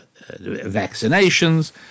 vaccinations